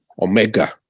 Omega